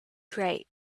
grate